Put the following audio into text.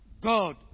God